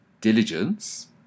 diligence